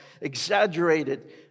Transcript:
exaggerated